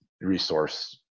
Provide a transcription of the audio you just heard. resource